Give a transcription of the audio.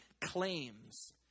claims